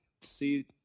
See